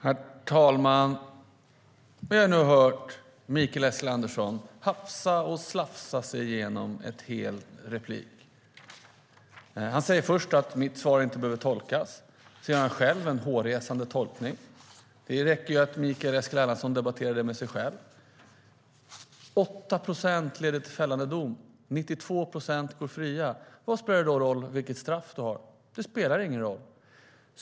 Herr talman! Vi har nu hört Mikael Eskilandersson hafsa och slafsa sig igenom ett helt inlägg. Han säger först att mitt svar inte behöver tolkas, och sedan gör han själv en hårresande tolkning. Det räcker alltså att Mikael Eskilandersson debatterar med sig själv. Det är 8 procent som leder till fällande dom. 92 procent går fria. Vad spelar det då för roll vilket straff vi har? Det spelar ingen roll.